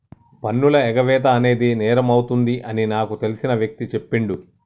పన్నుల ఎగవేత అనేది నేరమవుతుంది అని నాకు తెలిసిన వ్యక్తి చెప్పిండు